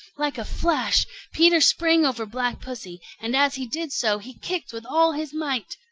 like a flash peter sprang over black pussy, and as he did so he kicked with all his might.